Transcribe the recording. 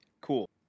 Cool